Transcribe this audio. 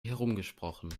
herumgesprochen